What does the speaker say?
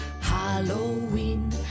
Halloween